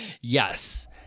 Yes